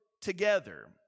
together